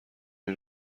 این